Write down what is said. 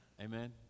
Amen